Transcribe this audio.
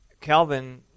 Calvin